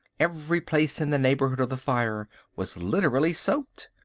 every place in the neighbourhood of the fire was literally soaked.